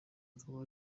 akaba